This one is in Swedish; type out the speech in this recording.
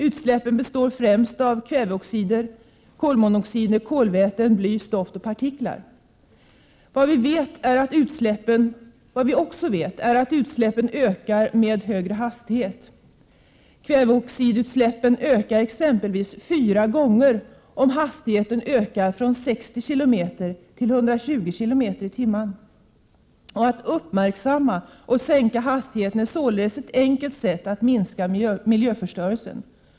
Utsläppen består främst av kväveoxider, kolmonoxider, kolväten, bly, stoft och partiklar. Vad vi också vet är att utsläppen ökar med högre hastighet. Kväveoxidutsläppen ökar exempelvis fyra gånger om hastigheten ökar från 60 till 120 km/tim. Att uppmärksamma och sänka hastigheten är således ett enkelt sätt att minska miljöförstörelsen.